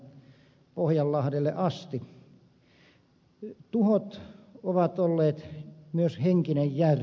tuhot ovat olleet myös henkinen järkytys